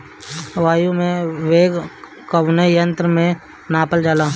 वायु क वेग कवने यंत्र से नापल जाला?